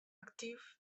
aktyf